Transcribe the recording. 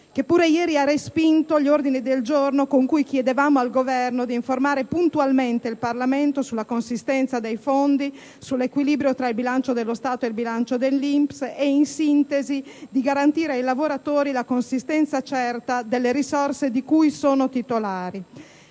ha pure respinto gli ordini del giorno con cui chiedevamo al Governo di informare puntualmente il Parlamento sulla consistenza dei fondi, sull'equilibrio tra il bilancio dello Stato e quello dell'INPS e, in sintesi, di garantire ai lavoratori la consistenza certa delle risorse di cui sono titolari.